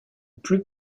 plus